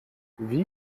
wie